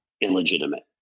illegitimate